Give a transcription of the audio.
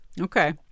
okay